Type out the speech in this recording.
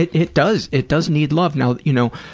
it it does. it does need love. now, you know,